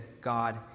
God